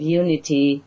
unity